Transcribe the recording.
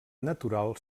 natural